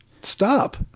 Stop